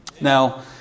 Now